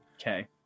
Okay